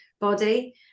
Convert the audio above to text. body